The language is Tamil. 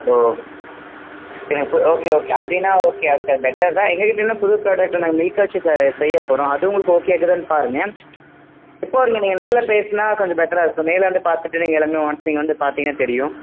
ஓ ஏன்னால் இப்போ ஓகே ஓகே அப்படின்னா ஓகே ஆஸ் எ பெட்டர் தான் எங்கக்கிட்ட இன்னும் புது ப்ராடெக்ட்டு நாங்கள் மில்க்கை வச்சு செ செய்யப் போகிறோம் அது உங்களுக்கு ஓகே இருக்குதான்னு பாருங்க எப்போது வரீங்க நீங்கள் நேரில் பேசுனால் கொஞ்சம் பெட்டராக இருக்கும் நேராக வந்து பார்த்துட்டு நீங்கள் எல்லாமே ஒன்ஸ் நீங்கள் இங்கே வந்து பார்த்தீங்கனா தெரியும்